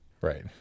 Right